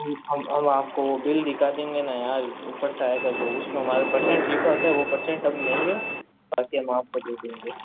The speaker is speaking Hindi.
हम हम हम आपको वो बिल दिखा देंगे ना यार ऊपर से आएगा जो उसमें हमारा परसेंट लिखा होता है वो परसेंट हम लेंगे बाकि हम आपको दे देंगे